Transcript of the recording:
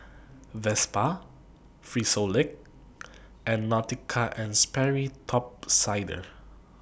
Vespa Frisolac and Nautica and Sperry Top Sider